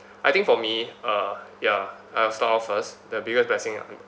I think for me uh ya I'll start off first the biggest blessing